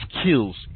skills